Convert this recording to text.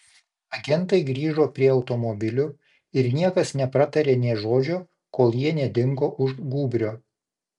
agentai grįžo prie automobilių ir niekas nepratarė nė žodžio kol jie nedingo už gūbrio